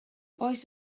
oes